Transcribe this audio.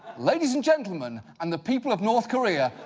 ladies and gentlemen, and the people of north korea,